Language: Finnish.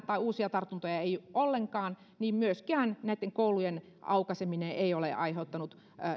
tai uusia tartuntoja ei ollenkaan myöskään näiden koulujen aukaiseminen ei ole aiheuttanut